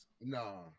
Nah